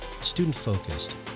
student-focused